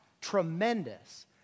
Tremendous